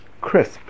crisp